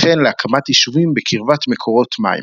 וכן להקמת יישוביהם בקרבת מקורות מים.